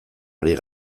ari